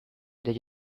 they